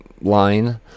line